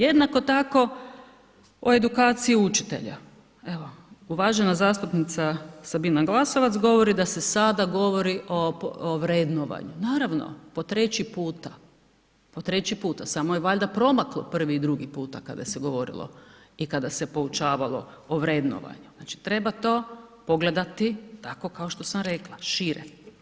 Jednako tako o edukaciji učitelja, evo uvažena zastupnica Sabina Glasovac govori da se sada govori o vrednovanju, naravno po treći puta, po treći puta, samo je valjda promaklo prvi i drugi puta kada se govorilo i kada se poučavalo o vrednovanju, znači treba to pogledati tako kao što sam rekla, šire.